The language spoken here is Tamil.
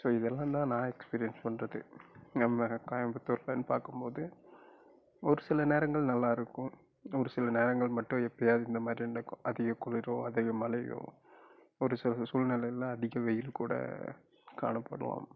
ஸோ இதெல்லாம் தான் நான் எக்ஸ்பீரியன்ஸ் பண்ணுறது நம்ம கோயம்புத்தூரில்ன்னு பார்க்கும்போது ஒரு சில நேரங்கள் நல்லாயிருக்கும் ஒரு சில நேரங்கள் மட்டும் எப்பயாவது இந்த மாதிரி நடக்கும் அதிக குளிரோ அதிக மழையோ ஒரு சில சூழ்நிலையில் அதிக வெயில் கூட காணப்படலாம்